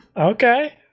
Okay